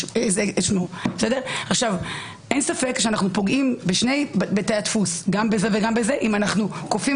אין ספק שאנו פוגעים בשני בתי הדפוס אם אנו כופים